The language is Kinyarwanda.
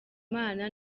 imana